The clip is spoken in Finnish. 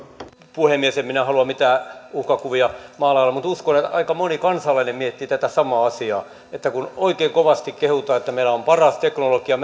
puhemies en minä halua mitään uhkakuvia maalailla mutta uskon että aika moni kansalainen miettii tätä samaa asiaa kun oikein kovasti kehutaan että meillä on paras teknologia